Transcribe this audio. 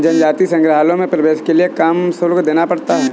जनजातीय संग्रहालयों में प्रवेश के लिए काम शुल्क देना पड़ता है